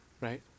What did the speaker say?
right